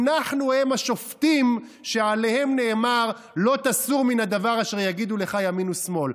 אנחנו השופטים שעליהם נאמר "לא תסור מן הדבר אשר יגידו לך ימין ושמאל".